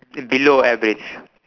below average